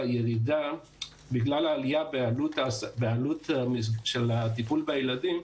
בגלל העלייה בעלות הטיפול בילדים,